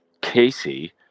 Casey